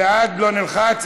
בעד, לא נלחץ.